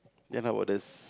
then how about the